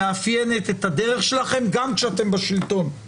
-- שמאפיינת את הדרך שלכם, גם כשאתם בשלטון.